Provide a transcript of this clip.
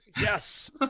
Yes